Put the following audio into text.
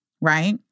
right